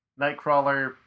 Nightcrawler